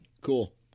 Cool